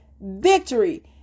victory